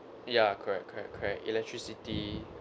ya correct correct correct electricity